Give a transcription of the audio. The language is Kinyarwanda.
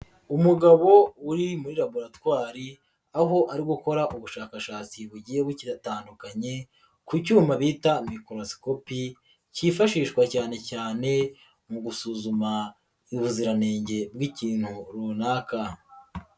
Umugabo uri muri laboratwari aho ari gukora ubushakashatsi bugiye bukiratandukanye ku cyuma bita microscopi, kifashishwa cyane cyane mu gusuzuma ubuziranenge bw'ikintu runaka.